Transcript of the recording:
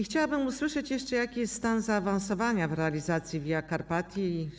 Chciałabym usłyszeć jeszcze, jaki jest stan zaawansowania realizacji Via Carpatii.